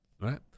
right